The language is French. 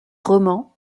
roman